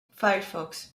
firefox